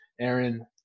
Aaron